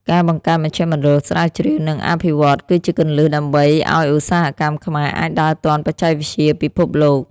ការបង្កើតមជ្ឈមណ្ឌលស្រាវជ្រាវ និងអភិវឌ្ឍន៍គឺជាគន្លឹះដើម្បីឱ្យឧស្សាហកម្មខ្មែរអាចដើរទាន់បច្ចេកវិទ្យាពិភពលោក។